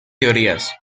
teorías